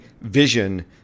vision